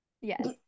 Yes